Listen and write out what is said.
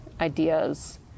ideas